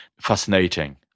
fascinating